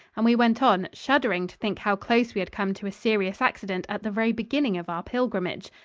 and we went on, shuddering to think how close we had come to a serious accident at the very beginning of our pilgrimage.